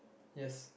yes